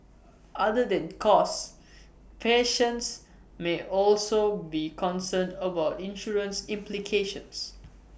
other than cost patients may also be concerned about insurance implications